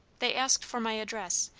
they asked for my address,